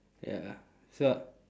ya so